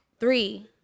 Three